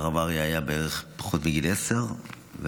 הרב אריה היה בן פחות מבן עשר בערך,